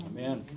Amen